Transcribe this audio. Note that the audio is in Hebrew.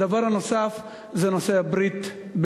דבר נוסף זה נושא הברית,